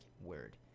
word